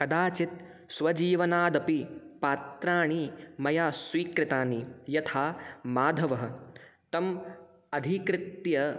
कदाचित् स्वजीवनादपि पात्राणि मया स्वीकृतानि यथा माधवः तम् अधीकृत्य